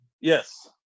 Yes